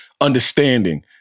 understanding